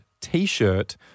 t-shirt